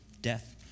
Death